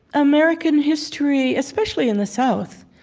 american history, especially in the south,